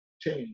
change